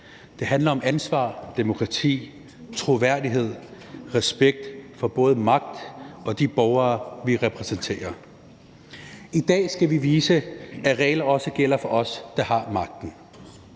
det handler om ansvar, demokrati, troværdighed, respekt for både magt og de borgere, vi repræsenterer. I dag skal vi vise, at regler også gælder for os, der har magten.